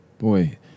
Boy